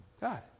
god